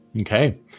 Okay